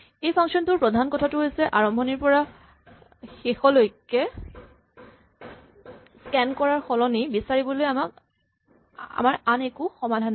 এই ফাংচন টোৰ প্ৰধান কথাটো হৈছে আৰম্ভণিৰ পৰা শেষলৈকে স্কেন কৰাৰ সলনি বিচাৰিবলৈ আমাৰ আন একো সমাধান নাই